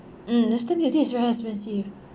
mm the stamp duty is very expensive